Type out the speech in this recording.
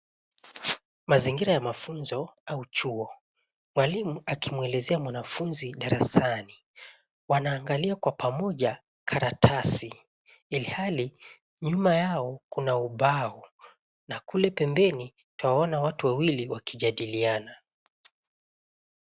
Mazingira ya mafuzo au chuo. Mwalimu akimwelezea mwanafuzi darasani. Wanaangalia kwa pamoja karatasi ilhali nyuma yao kuna ubao na kule pembeni twaona watu wawili wakijadiliana.